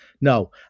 No